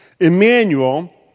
Emmanuel